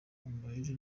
amayeri